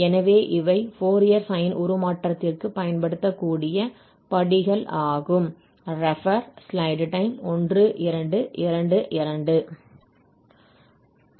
எனவே இவை Fourier sine உருமாற்றத்திற்குப் பயன்படுத்தக்கூடிய படிகள் ஆகும்